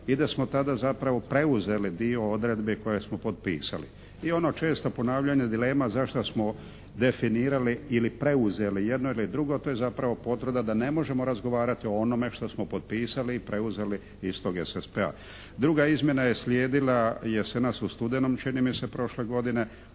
i da smo tada zapravo preuzeli dio odredbi koje smo potpisali i ono često ponavljanje dilema zašto smo definirali ili preuzeli jedno ili drugo, to je zapravo potvrda da ne možemo razgovarati o onome što smo potpisali i preuzeli iz tog SSP-a. Druga izmjena je slijedila jesenas u studenom čini mi se prošle godine